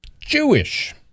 Jewish